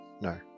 no